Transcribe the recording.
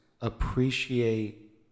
appreciate